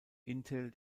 intel